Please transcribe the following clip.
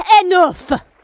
enough